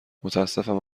متاسفم